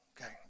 Okay